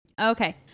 Okay